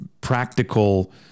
practical